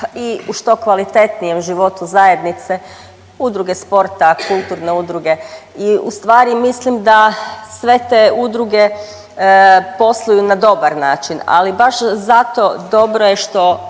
i u što kvalitetnijem životu zajednice, udruge sporta, kulturne udruge i u stvari mislim da sve te udruge posluju na dobar način. Ali baš zato dobro je što